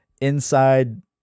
inside